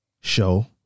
show